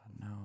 No